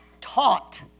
taught